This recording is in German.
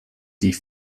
die